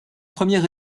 première